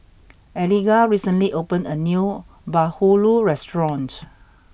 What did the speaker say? Eliga recently open a new bahulu restaurant